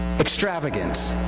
Extravagant